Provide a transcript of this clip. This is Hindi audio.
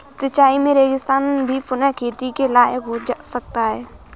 सिंचाई से रेगिस्तान भी पुनः खेती के लायक हो सकता है